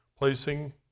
Placing